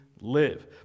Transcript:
live